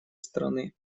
страны